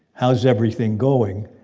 how's everything going?